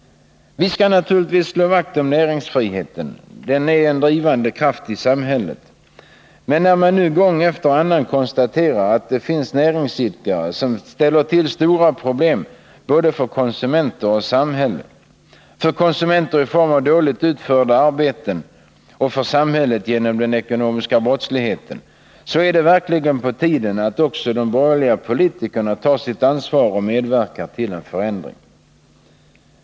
Vi skall naturligtvis slå vakt om näringsfriheten. Den är en drivande kraft i samhället. Men när man nu gång efter annan konstaterar att det finns näringsidkare som ställer till stora problem både för konsumenter och samhälle — för konsumenter i form av dåligt utförda arbeten och för samhället genom den ekonomiska brottsligheten — är det verkligen på tiden att också de borgerliga politikerna tar sitt ansvar och medverkar till en förändring.